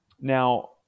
Now